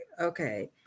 okay